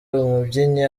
umubyinnyi